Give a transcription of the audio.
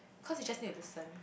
cause you just need to listen